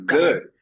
good